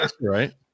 right